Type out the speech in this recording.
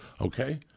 Okay